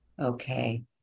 Okay